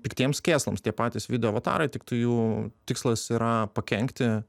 piktiems kėslams tie patys video avatarai tiktų jų tikslas yra pakenkti